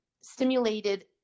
stimulated